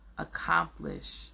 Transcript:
accomplish